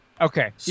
Okay